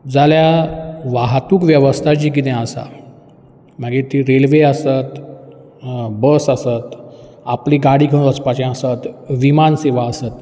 जाल्यार वाहतूक वेवस्था जी कितें आसा मागीर ती रेल्वे आसत बस आसत आपली गाडी घेवन वचपाचें आसत विमान सेवा आसत